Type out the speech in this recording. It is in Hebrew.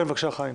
בבקשה, חיים.